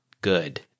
good